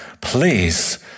please